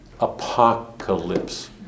apocalypse